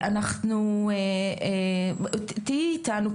תהיי איתנו,